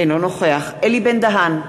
אינו נוכח אלי בן-דהן,